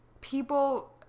people